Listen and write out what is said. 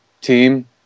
team